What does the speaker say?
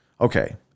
Okay